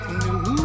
new